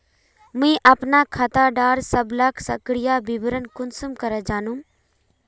मुई अपना खाता डार सबला सक्रिय विवरण कुंसम करे जानुम?